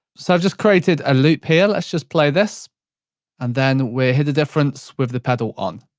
so i've just created a loop here, let's just play this and then we'll hear the difference with the pedal on.